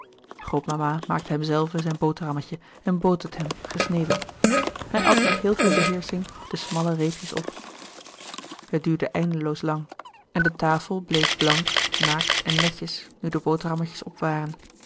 maakte hem zelve zijn boterhamlouis couperus de boeken der kleine zielen metje en bood het hem gesneden hij at met heel veel beheersching de smalle reepjes op het duurde eindeloos lang en de tafel bleef blank naakt en netjes nu de boterhammetjes op waren